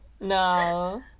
No